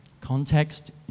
context